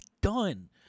done